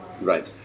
right